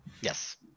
Yes